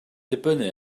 dibynnu